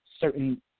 certain